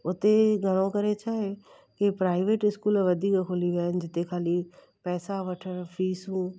उते घणो करे छा आहे की प्राइवेट स्कूल वधीक खुली विया आहिनि जिते ख़ाली पैसा वठणु फ़िसूं